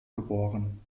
geboren